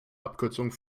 abkürzung